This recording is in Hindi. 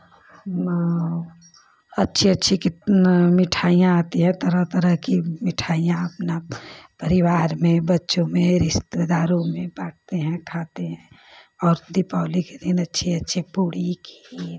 अच्छी अच्छी कितना मिठाइयाँ आती हैं तरह तरह की मिठाइयाँ अपना परिवार में बच्चों में रिश्तेदारों में बाँटते हैं खाते हैं और दीपावली के दिन अच्छी अच्छी पूड़ी खीर